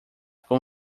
com